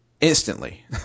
instantly